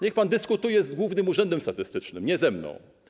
Niech pan dyskutuje z Głównym Urzędem Statystycznym, nie ze mną.